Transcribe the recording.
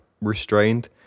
restrained